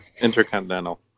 Intercontinental